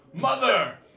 Mother